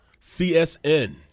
CSN